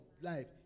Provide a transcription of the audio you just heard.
life